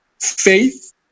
Faith